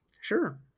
sure